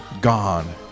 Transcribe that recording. gone